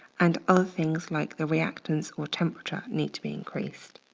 and other things like the reactants or temperature need to be increased.